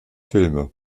filme